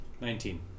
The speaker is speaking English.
Nineteen